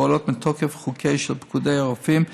הפועלת מתוקף חוקי של פקודת הרופאים,